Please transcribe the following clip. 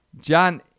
John